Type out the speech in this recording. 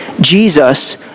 Jesus